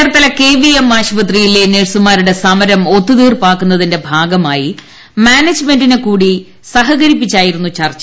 Cherthala KVM ആശുപത്രിയിലെ നഴ്സുമാരുടെ സമരം ഒത്തുതീർ പ്പാക്കുന്നതിന്റെ ഭാഗമായി മാനേജുമെന്റിനെ കൂടി സഹകരിപ്പി ച്ചായിരുന്നു ചർച്ച